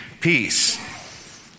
peace